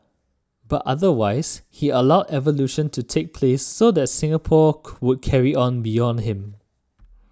but otherwise he allowed evolution to take place so that Singapore would carry on beyond him